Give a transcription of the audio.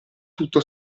tutto